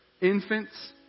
infants